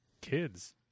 kids